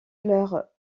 fleurs